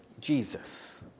Jesus